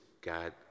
God